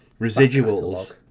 residuals